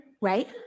right